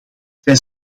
zij